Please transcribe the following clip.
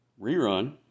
rerun